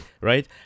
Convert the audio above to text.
right